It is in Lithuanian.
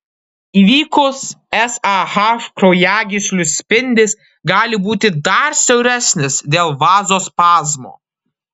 įvykus sah kraujagyslių spindis gali būti dar siauresnis dėl vazospazmo